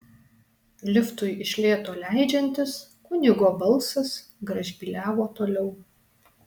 liftui iš lėto leidžiantis kunigo balsas gražbyliavo toliau